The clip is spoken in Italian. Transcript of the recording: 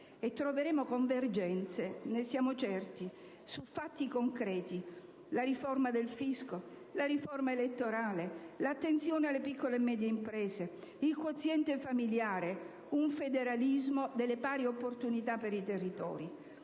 Troveremo convergenze - ne siamo certi - su fatti concreti: la riforma del fisco, la riforma elettorale, l'attenzione alle piccole e medie imprese, il quoziente familiare, un federalismo delle pari opportunità per i territori.